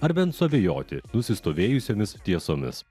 ar bent suabejoti nusistovėjusiomis tiesomis